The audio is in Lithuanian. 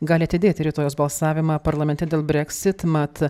gali atidėti rytojaus balsavimą parlamente dėl breksit mat